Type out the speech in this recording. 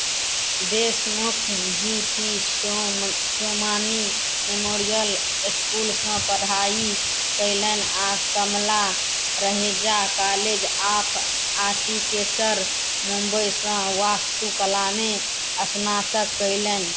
Deshmukh ji D सो Somani memorial इसकुलसँ पढ़ाइ कयलनि आ Kamala Raheja college of architecture मुंबईसँ वास्तुकलामे स्नातक कयलनि